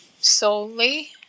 solely